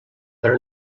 per